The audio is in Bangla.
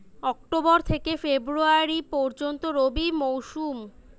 অক্টোবর থেকে ফেব্রুয়ারি পর্যন্ত রবি মৌসুম